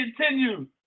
continue